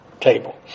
table